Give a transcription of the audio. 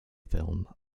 film